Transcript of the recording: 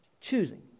Choosing